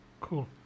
Cool